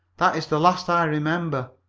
that is the last i remember.